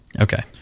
Okay